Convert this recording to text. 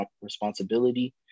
responsibility